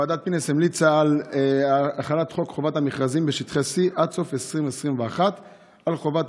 ועדת פינס המליצה על החלת חוק חובת המכרזים בשטחי C עד סוף 2021 על חובת